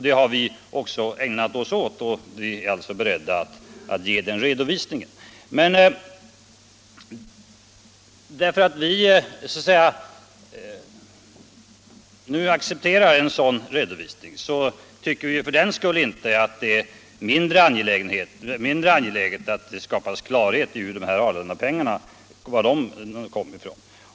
Det har vi också ägnat oss åt, och vi är beredda att ge redovisning för det. Men därför att vi nu accepterar en sådan redovisning tycker vi för den skull inte att det är mindre angeläget att det skapas klarhet i var Arlandapengarna kom ifrån.